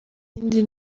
ikindi